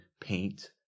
paint